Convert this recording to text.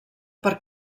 per